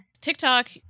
TikTok